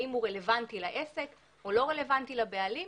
האם הוא רלוונטי לעסק או לא רלוונטי לבעלים.